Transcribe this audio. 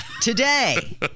today